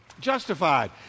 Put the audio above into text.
Justified